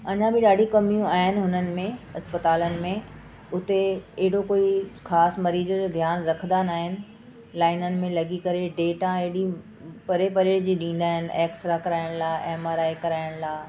अञा बि ॾाढी कमियूं आहिनि हुननि में अस्पतालनि में हुते हेॾो कोई ख़ासि मरीज़ जो ध्यानु रखंदा ना आहिनि लाइननि में लॻी करे डेटा अहिड़ी परे परे जी ॾींदा आहिनि ऐं एक्सरा कराइण लाइ एम आर आई कराइण लाइ